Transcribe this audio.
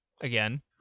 again